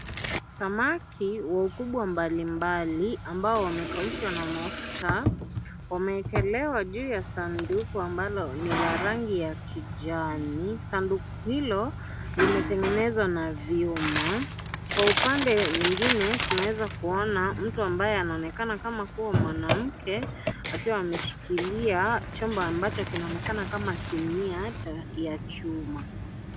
Samaki wakubwa mbalimbali ambao wamekaushwa kwa mafuta, wameekelewa juu ya sanduku ambayo ni la rangi ya kijani, sanduku hilo limetengenezwa na vyuma, kwa upande mwingine tunaweza kuona mtu ambaye anaonekana kama kuwa ni mwanamke akiwa ameshikilia chombo ambacho kinaonekana kama sinia ya chuma.